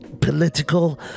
political